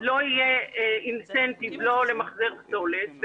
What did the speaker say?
לא יהיה תמריץ למחזר פסולת,